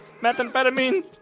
Methamphetamine